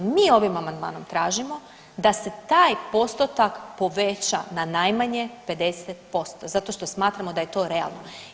Mi ovim amandmanom tražimo da se taj postotak poveća na najmanje 50% zato što smatramo da je to realno.